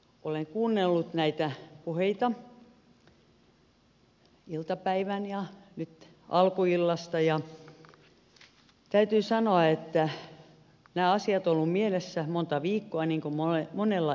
olen kuunnellut näitä puheita iltapäivän ja nyt alkuillasta ja täytyy sanoa että nämä asiat ovat olleet mielessä monta viikkoa niin kuin monella edustajalla